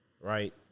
right